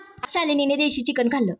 आज शालिनीने देशी चिकन खाल्लं